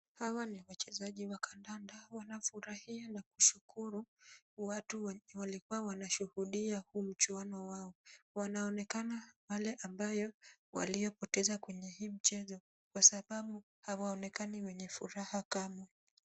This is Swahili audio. Hawa ni wachezaji wa kandanda, wanafurahia na kushukuru watu wenye walikuwa wanashuhudia huu mchuano wao. Wanaonekana wale ambao waliopoteza kwenye hii mchezo kwa sababu hawaonekani wenye furaha kamwe.